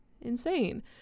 insane